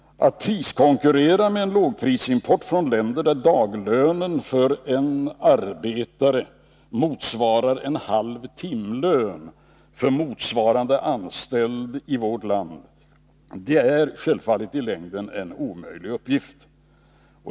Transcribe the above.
Att priskonkurrera med lågprisimport från länder där daglönen för en arbetare motsvarar en halv timlön för motsvarande anställd i vårt land, är självfallet i längden en omöjlig uppgift.